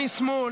משמאל,